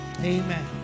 Amen